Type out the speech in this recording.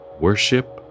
worship